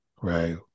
Right